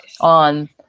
On